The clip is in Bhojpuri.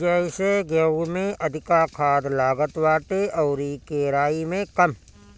जइसे गेंहू में अधिका खाद लागत बाटे अउरी केराई में कम